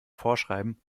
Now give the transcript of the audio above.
vorschreiben